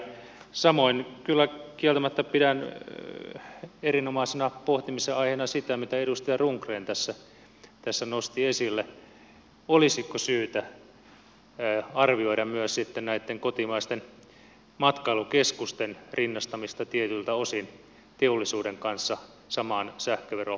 samoin kyllä kieltämättä pidän erinomaisena pohtimisen aiheena sitä mitä edustaja rundgren tässä nosti esille olisiko syytä arvioida myös sitten näitten kotimaisten matkailukeskusten rinnastamista tietyiltä osin teollisuuden kanssa samaan sähkövero